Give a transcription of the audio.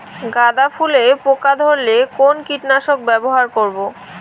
গাদা ফুলে পোকা ধরলে কোন কীটনাশক ব্যবহার করব?